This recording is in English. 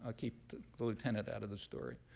ah keep the the lieutenant out of the story.